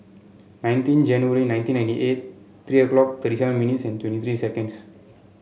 nineteen January nineteen ninety eight three o'clock thirty seven minutes and twenty three seconds